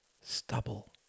stubble